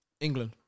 England